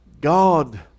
God